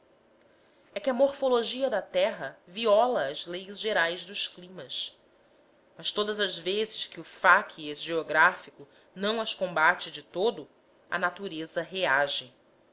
é que a morfologia da terra viola as leis gerais dos climas mas todas as vezes que o facies geográfico não as combate de todo a natureza reage